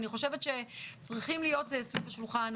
אני חושבת שצריכים להיות סביב השולחן